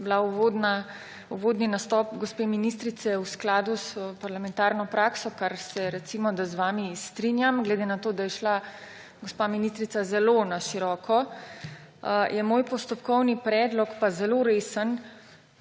bil uvodni nastop gospe ministrice v skladu s parlamentarno prakso, o čemer se, recimo da, z vami strinjam glede na to, da je šla gospa ministrica zelo na široko, je moj postopkovni predlog pa zelo resen